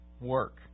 work